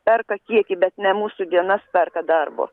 perka kiekį bet ne mūsų dienas perka darbo